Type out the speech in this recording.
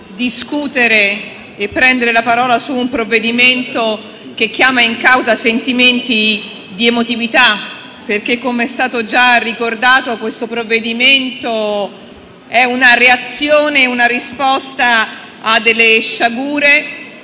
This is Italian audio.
discutere e prendere la parola su un provvedimento che chiama in causa sentimenti ed emotività. Come è stato già ricordato, infatti, questo provvedimento è una reazione ed una risposta a delle sciagure